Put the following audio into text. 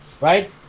right